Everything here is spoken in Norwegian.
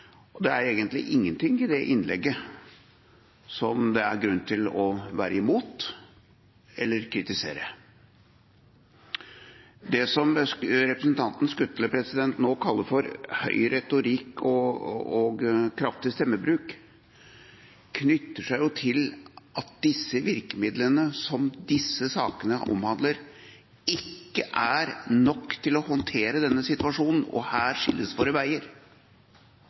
Det er egentlig ingenting i det innlegget som det er grunn til å være imot eller kritisere. Det som representanten Skutle nå kaller høy retorikk og kraftig stemmebruk, knytter seg til at virkemidlene som disse sakene omhandler, ikke er nok til å håndtere denne situasjonen – og her skilles våre veier.